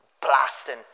blasting